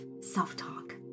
self-talk